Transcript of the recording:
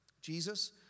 Jesus